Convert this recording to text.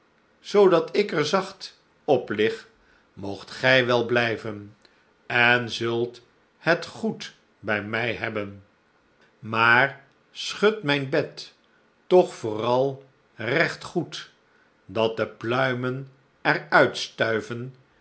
zoodat ik er zacht op lig moogt gij wel blijven en zult het goed bij mij hebben maar schud mijn bed toch vooral regt goed dat de pluimen er uit stuiven